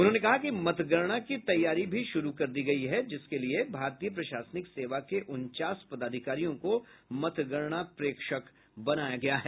उन्होंने कहा कि मतगणना की तैयारी शुरू कर दी गयी है जिसके लिए भारतीय प्रशासनिक सेवा के उनचास पदाधिकारियों को मतगणना प्रेक्षक बनाया गया है